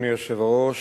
אדוני היושב-ראש,